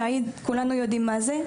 שאהיד, כולנו יודעים מה זה.